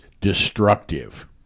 destructive